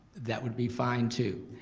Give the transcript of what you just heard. that would be fine too.